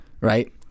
Right